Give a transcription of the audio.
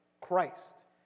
Christ